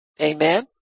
Amen